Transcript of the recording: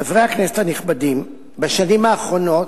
חברי הכנסת הנכבדים, בשנים האחרונות,